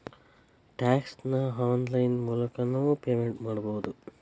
tax ನ online ಮೂಲಕನೂ payment ಮಾಡಬೌದು